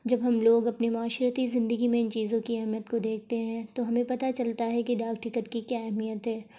جب ہم لوگ اپنے معاشرتی زندگی میں ان چیزوں کی اہمیت کو دیکھتے ہیں تو ہمیں پتہ چلتا ہے کہ ڈاک ٹکٹ کی کیا اہمیت ہے